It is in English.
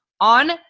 on